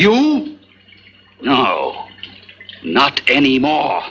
you know not anymore